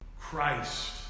Christ